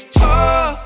talk